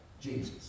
Jesus